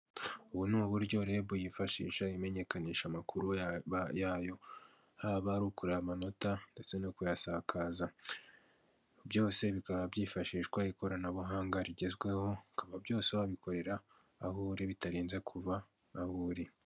Ubu ni uburyo rebu yifashisha imenyekanisha amakuru yayo haba ari ukuri amanota ndetse no kuyasa, byose bikaba byifashishwa ikoranabuhanga rigezweho ukaba byose wabikorera aho uri bitarenze ko uva aho uri.